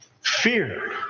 fear